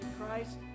Christ